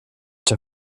der